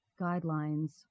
guidelines